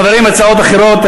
חברים, הצעות אחרות.